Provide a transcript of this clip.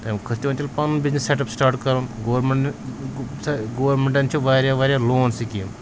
تَمہِ کھۄتہٕ چھُ تِمن تیٚلہِ پَنُن بِزنِس سٮ۪ٹَپ سِٹاٹ کَرُن گورمٮ۪نٛٹ گورمٮ۪نٛٹَن چھِ واریاہ واریاہ لون سِکیٖم